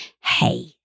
hey